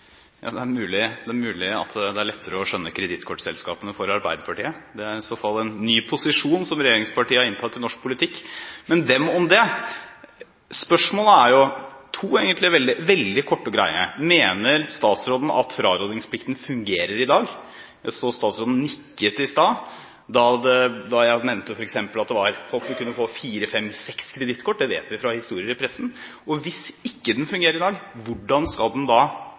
Det er mulig at det er lettere å skjønne kredittkortselskapene for Arbeiderpartiet. Det er i så fall en ny posisjon som regjeringspartiene har inntatt i norsk politikk – men dem om det! Spørsmålene er – det er to veldig korte og greie: Mener statsråden at frarådningsplikten fungerer i dag? Jeg så statsråden nikke i stad da jeg nevnte f.eks. at folk kunne få fire–fem–seks kredittkort – det vet vi fra historier i pressen. Og hvis den ikke fungerer i dag, hvordan skal statsråden sørge for at den